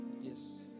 Yes